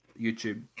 YouTube